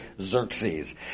Xerxes